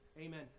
Amen